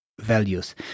values